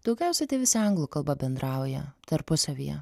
daugiausia tai visi anglų kalba bendrauja tarpusavyje